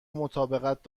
مطابقت